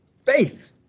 Faith